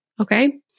Okay